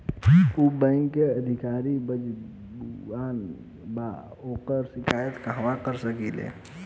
उ बैंक के अधिकारी बद्जुबान बा ओकर शिकायत कहवाँ कर सकी ले